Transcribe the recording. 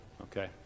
okay